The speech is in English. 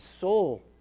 soul